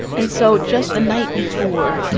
and so just the night before,